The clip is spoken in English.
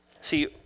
see